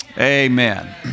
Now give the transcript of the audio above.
Amen